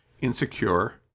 insecure